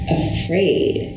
afraid